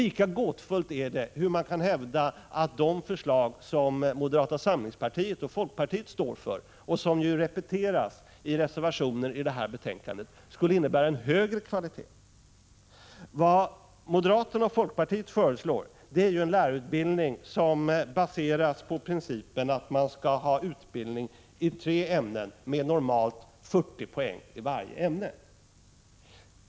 Lika gåtfullt är det på vilket sätt de förslag som moderata samlingspartiet och folkpartiet står för — som repeteras i reservationerna till detta betänkande — skulle innebära en högre kvalitet. Vad moderaterna och folkpartiet föreslår är en lärarutbildning som baseras på principen att man skall ha utbildning i tre ämnen med normalt 40 poäng i varje.